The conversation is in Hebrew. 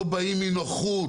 לא באים מנוחות.